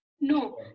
no